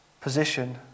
position